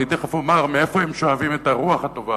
אני תיכף אומר מאיפה הם שואבים את הרוח הטובה